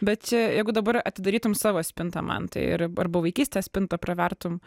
bet čia jeigu dabar atidarytum savo spintą mantai ir arba vaikystės spintą pravertum